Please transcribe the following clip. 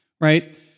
right